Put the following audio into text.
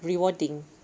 rewarding